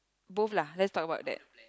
both lah let's talk about that